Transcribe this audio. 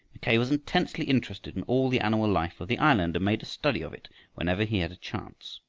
mackay was intensely interested in all the animal life of the island and made a study of it whenever he had a chance.